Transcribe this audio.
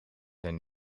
zijn